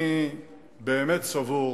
אני באמת סבור